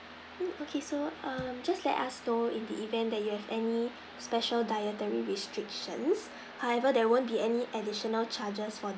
mm okay so err just let us go in the event that you have any special dietary restrictions however that won't be any additional charges for